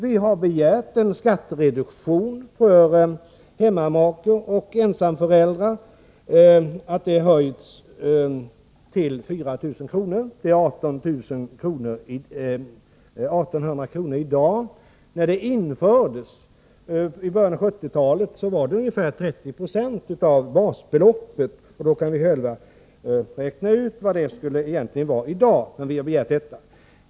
Vi har begärt att skattereduktionen för hemmamakar och ensamföräldrar skall höjas till 4000 kr. Den är på 1800 kr. i dag. När den infördes i början av 1970-talet var den ungefär 30 26 av basbeloppet. Då kan ni själva räkna ut vad det egentligen skulle vara i dag, men vi har begärt detta.